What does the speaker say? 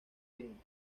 bien